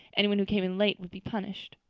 anyone who came in late would be punished.